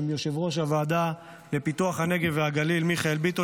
עם יושב-ראש הוועדה לפיתוח הנגב והגליל מיכאל ביטון,